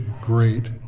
great